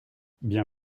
bien